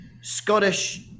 Scottish